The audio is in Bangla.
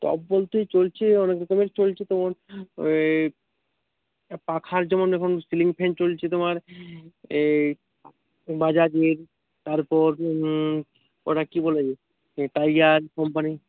টপ বলতে চলছে অনেক রকমের চলছে তোমার এই পাখার যেমন এখন সিলিং ফ্যান চলছে তোমার এই বাজাজ মিল তারপর ওটা কি বলে টাইগার কোম্পানি